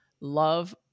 Love